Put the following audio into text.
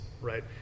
right